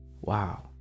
wow